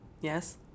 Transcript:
Yes